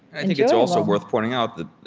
i think it's also worth pointing out that